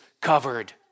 covered